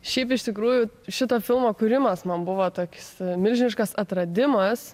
šiaip iš tikrųjų šito filmo kūrimas man buvo toks milžiniškas atradimas